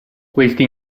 questi